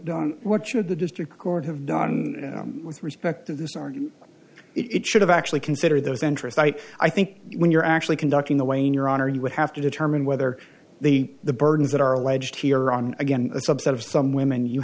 done what should the district court have done with respect to this argue it should have actually consider those entries i i think when you're actually conducting the way in your honor you would have to determine whether the the burdens that are alleged here on again a subset of some women you